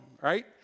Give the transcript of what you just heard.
right